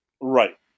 Right